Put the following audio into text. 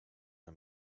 her